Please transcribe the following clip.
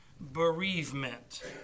bereavement